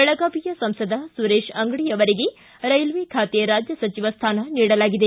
ಬೆಳಗಾವಿಯ ಸಂಸದ ಸುರೇಶ್ ಅಂಗಡಿ ಅವರಿಗೆ ರೈಲ್ವೆ ಖಾತೆ ರಾಜ್ಯ ಸಚಿವ ಸ್ಥಾನ ನೀಡಲಾಗಿದೆ